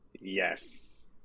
Yes